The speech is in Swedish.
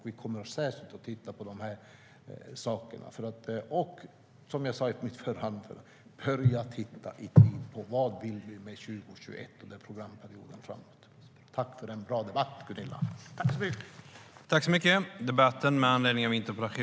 Vi kommer särskilt att titta på de sakerna. Överläggningen var härmed avslutad.